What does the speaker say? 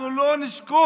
אנחנו לא נשקוט